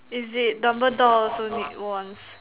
is it Dumbledore also needs wands